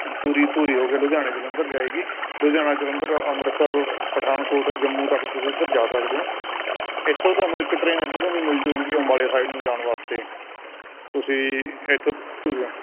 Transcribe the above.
ਧੂਰੀ ਧੂਰੀ ਹੋ ਕੇ ਲੁਧਿਆਣੇ ਜਲੰਧਰ ਜਾਏਗੀ ਲੁਧਿਆਣਾ ਜਲੰਧਰ ਅੰਮ੍ਰਿਤਸਰ ਪਠਾਨਕੋਟ ਜੰਮੂ ਤੱਕ ਤੁਸੀਂ ਉੱਧਰ ਜਾ ਸਕਦੇ ਹੋ ਇੱਥੋ ਤੁਹਾਨੂੰ ਇੱਕ ਟਰੇਨ ਇੱਧਰ ਨੂੰ ਵੀ ਮਿਲ ਜੂਗੀ ਅੰਬਾਲੇ ਸਾਈ਼ਡ ਨੂੰ ਜਾਣ ਵਾਸਤੇ ਤੁਸੀ ਇੱਥੋਂ ਧੂਰੀਓ